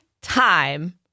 time